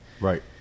Right